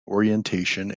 orientation